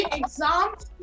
exams